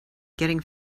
getting